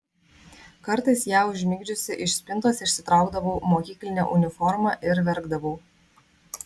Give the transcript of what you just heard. kartais ją užmigdžiusi iš spintos išsitraukdavau mokyklinę uniformą ir verkdavau